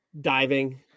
diving